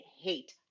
hate